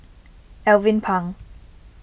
Alvin Pang